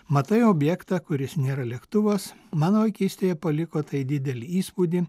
matai objektą kuris nėra lėktuvas mano vaikystėje paliko tai didelį įspūdį